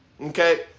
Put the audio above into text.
Okay